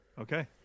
Okay